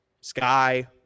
Sky